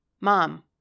Mom